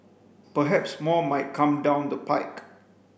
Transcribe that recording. perhaps more might come down the pike